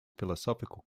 philosophical